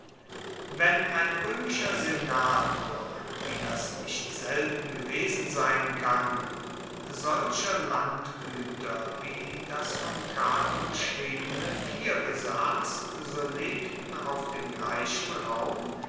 wenn ein roemischer senator wie das nicht selten gewesen sein kann solcher landgueter wie das von cato beschriebene vier besass so lebten auf dem gleichen raum